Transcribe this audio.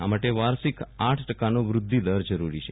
આ માટે વાર્ષિક આઠ ટકાનો વૃધ્યિ દર જરૂરી છે